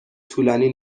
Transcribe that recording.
طولانی